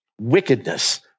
wickedness